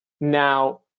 Now